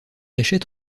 achète